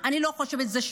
בשביל מצלמה?